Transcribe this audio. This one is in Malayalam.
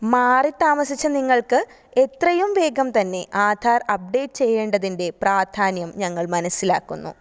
മാറിത്താമസിച്ച നിങ്ങള്ക്ക് എത്രയും വേഗം തന്നെ ആധാര് അപ്ഡേറ്റ് ചെയ്യേണ്ടതിന്റെ പ്രാധാന്യം ഞങ്ങള് മനസ്സിലാക്കുന്നു